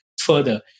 further